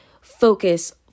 focus